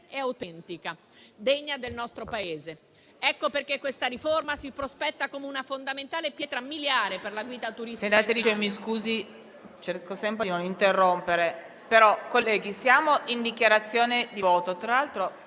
autentica, degna del nostro Paese. Ecco perché questa riforma si prospetta come una fondamentale pietra miliare per la guida turistica...